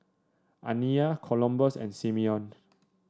Aniya Columbus and Simeon